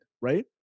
right